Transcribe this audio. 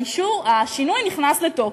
השינוי נכנס לתוקף.